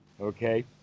Okay